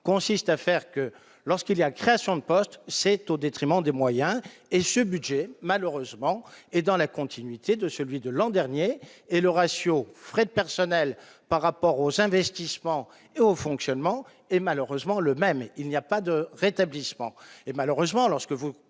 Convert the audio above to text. consiste à faire que lorsqu'il y a création de postes, c'est au détriment des moyens et ce budget malheureusement et dans la continuité de celui de l'an dernier et le ratio frais de personnel par rapport aux investissements et au fonctionnement et malheureusement le même, il n'y a pas de rétablissement